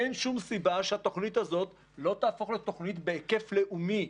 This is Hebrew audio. אין שום סיבה שהתוכנית הזאת לא תהפוך לתוכנית בהיקף לאומי.